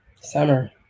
summer